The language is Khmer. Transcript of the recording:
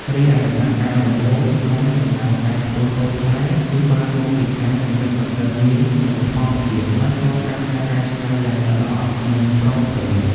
រីឯដំណាក់កាលដំបូង ក្នុងដំណើរការធ្វើសូត្រខ្មែរ គឺបានមកពីការចិញ្ចឹមដង្កូវនាងដោយធម្មជាតិ ហើយឆ្លងកាត់ការកែច្នៃយ៉ាងល្អិតល្អន់និងប្រុងប្រយ័ត្ន។